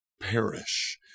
perish